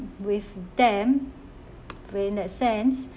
with them when that sense